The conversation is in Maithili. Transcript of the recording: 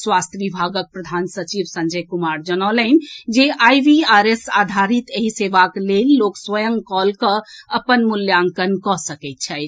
स्वास्थ्य विभागक प्रधान सचिव संजय कुमार जनौलनि जे आईवीआरएस आधारित एहि सेवाक लेल लोक स्वयं कॉल कऽ अपन मूल्यांकन कऽ सकैत छथि